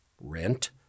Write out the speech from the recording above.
rent